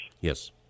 Yes